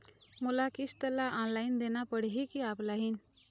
मोला किस्त ला ऑनलाइन देना पड़ही की ऑफलाइन?